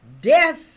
Death